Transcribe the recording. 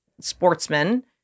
sportsman—